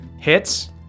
Hits